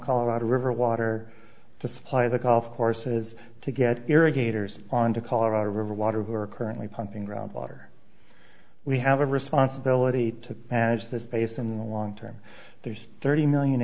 colorado river water to supply the golf courses to get irrigators on to colorado river water who are currently pumping ground water we have a responsibility to manage the space in the long term there's thirty million